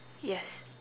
yes